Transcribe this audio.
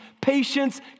patience